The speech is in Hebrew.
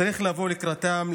צריך לבוא לקראתם,